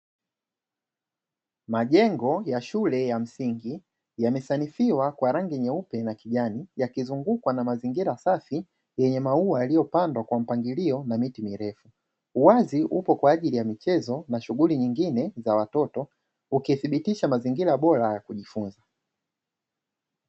Majengo ya shule ya msingi yamesanifiwa kwa rangi nyeupe na kijani yakizungukwa na mazingira safi yenye maua yaliyopandwa kwa mpangilio na miti mirefu, uwazi upo kwa ajili ha michezo na shughuli zingine za watoto ukithibitisha mazingira bora ya kujifunza.